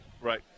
right